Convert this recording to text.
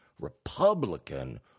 Republican